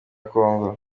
congo